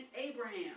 Abraham